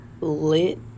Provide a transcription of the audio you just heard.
lit